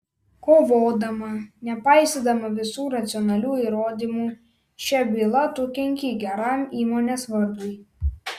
kovodama nepaisydama visų racionalių įrodymų šia byla tu kenki geram įmonės vardui